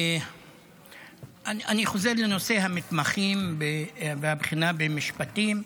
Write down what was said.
אני חוזר לנושא המתמחים בבחינה במשפטים.